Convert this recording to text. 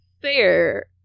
fair